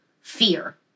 fear